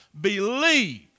believe